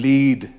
Lead